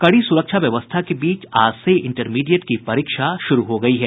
कड़ी सुरक्षा व्यवस्था के बीच आज से इंटरमीडिएट की परीक्षा शुरू हो गयी है